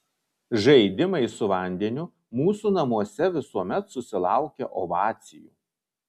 žaidimai su vandeniu mūsų namuose visuomet susilaukia ovacijų